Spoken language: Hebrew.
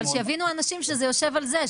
אבל שיבינו אנשים שזה יושב על זה,